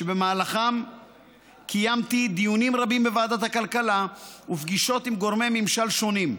ובמהלכן קיימתי דיונים רבים בוועדת הכלכלה ופגישות עם גורמי ממשל שונים.